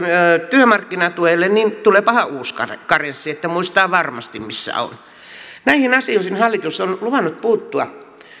työmarkkinatuelle niin tuleepahan uusi karenssi että muistaa varmasti missä on näihin asioihin hallitus on nyt luvannut puuttua